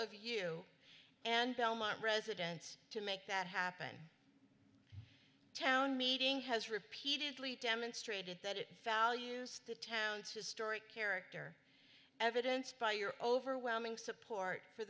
of you and belmont residents to make that happen town meeting has repeatedly demonstrated that it values to towns historic character evidence by your overwhelming support for